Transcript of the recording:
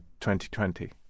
2020